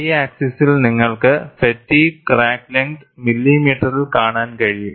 Y ആക്സിസിൽ നിങ്ങൾക്ക് fatigue crack length മില്ലിമീറ്ററിൽ കാണാൻ കഴിയും